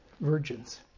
virgins